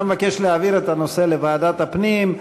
אתה מבקש להעביר את הנושא לוועדת הפנים.